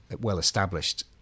well-established